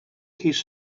his